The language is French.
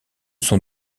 sont